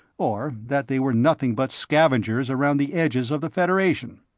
or that they were nothing but scavengers around the edges of the federation.